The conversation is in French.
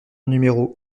numéro